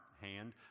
hand